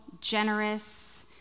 generous